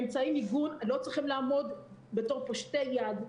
אמצעי מיגון לא צריכים לעמוד בתור פושטי יד,